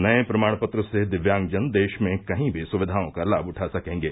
नये प्रमाण पत्र से दिव्यांगजन देश में कही भी सुविधाओं का लाभ उठा सकेंगे